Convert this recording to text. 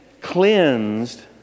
cleansed